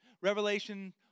Revelation